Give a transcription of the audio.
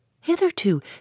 Hitherto